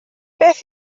beth